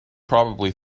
probably